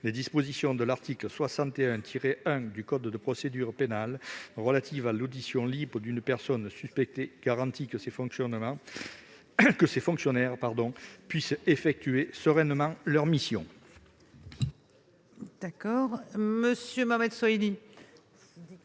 les dispositions de l'article 61-1 du code de procédure pénale relative à l'audition libre d'une personne suspectée garantit que ces fonctionnaires pourront effectuer sereinement leur mission.